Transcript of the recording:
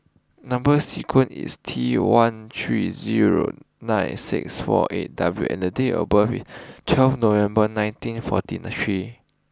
number sequence is T one three zero nine six four eight W and date of birth is twelve November nineteen forty three